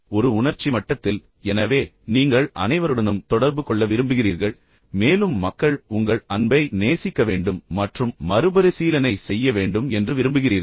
ஒரு உணர்ச்சி மட்டத்தில் எனவே நீங்கள் அனைவருடனும் தொடர்பு கொள்ள விரும்புகிறீர்கள் மேலும் மக்கள் உங்கள் அன்பை நேசிக்க வேண்டும் மற்றும் மறுபரிசீலனை செய்ய வேண்டும் என்று விரும்புகிறீர்கள்